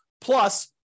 plus